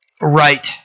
right